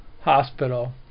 hospital